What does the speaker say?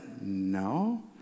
No